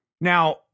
Now